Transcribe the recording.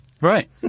Right